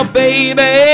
baby